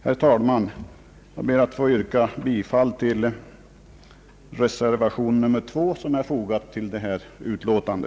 Herr talman! Jag ber att få yrka bifall till reservation 1, som är fogad till detta utlåtande.